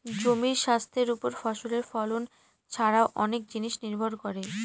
জমির স্বাস্থ্যের ওপর ফসলের ফলন ছারাও অনেক জিনিস নির্ভর করে